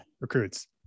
recruits